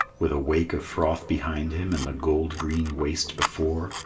with a wake of froth behind him, and the gold green waste before,